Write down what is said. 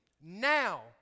Now